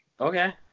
Okay